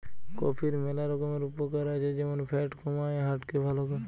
কফির ম্যালা রকমের উপকার আছে যেমন ফ্যাট কমায়, হার্ট কে ভাল করে